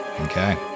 Okay